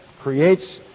creates